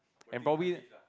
and probably